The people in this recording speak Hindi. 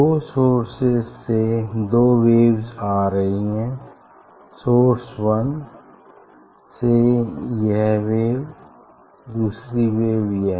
दो सोर्सेज से दो वेव्स आ रही हैं सोर्स वन से यह वेव दूसरी वेव यह है